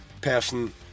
person